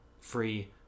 free